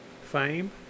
fame